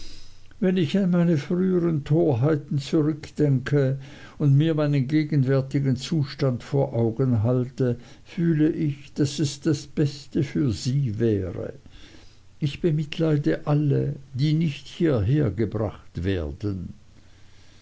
wenn ich an meine früheren torheiten zurückdenke und mir meinen gegenwärtigen zustand vor augen halte fühle ich daß es das beste für sie wäre ich bemitleide alle die nicht hierher gebracht werden